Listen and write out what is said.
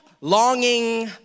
longing